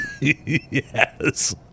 Yes